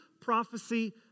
prophecy